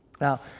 Now